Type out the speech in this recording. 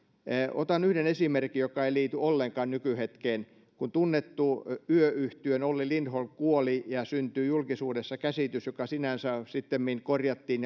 otan yhden esimerkin joka ei liity ollenkaan nykyhetkeen kun tunnettu yö yhtyeen olli lindholm kuoli ja syntyi julkisuudessa käsitys joka sinänsä sittemmin korjattiin